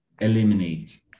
eliminate